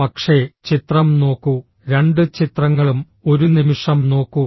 പക്ഷേ ചിത്രം നോക്കൂ രണ്ട് ചിത്രങ്ങളും ഒരു നിമിഷം നോക്കൂ